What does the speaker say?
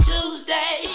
Tuesday